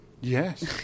Yes